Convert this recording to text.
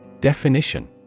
Definition